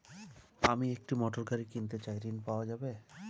আমি একটি মোটরগাড়ি কিনতে চাই ঝণ পাওয়া যাবে?